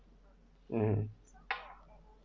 mmhmm